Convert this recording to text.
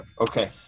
Okay